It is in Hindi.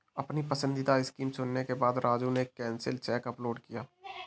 अपनी पसंदीदा स्कीम चुनने के बाद राजू ने एक कैंसिल चेक अपलोड किया